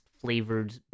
flavored